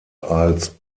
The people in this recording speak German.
als